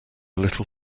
little